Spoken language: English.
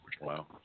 wow